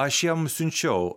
aš jam siunčiau